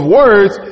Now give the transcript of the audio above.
words